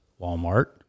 Walmart